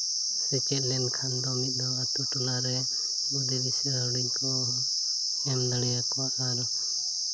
ᱥᱮᱪᱮᱫ ᱞᱮᱱᱠᱷᱟᱱ ᱫᱚ ᱢᱤᱫ ᱫᱷᱟᱣ ᱟᱛᱳ ᱴᱚᱞᱟᱨᱮ ᱵᱩᱫᱷᱤ ᱫᱤᱥᱟᱹ ᱦᱩᱰᱤᱧ ᱠᱚ ᱮᱢ ᱫᱟᱲᱮᱭᱟᱠᱚᱣᱟ ᱟᱨ